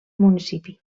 municipi